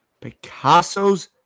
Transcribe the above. Picasso's